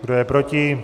Kdo je proti?